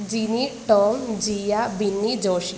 Jini Tom Jia Binny Joshi